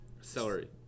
Celery